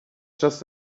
just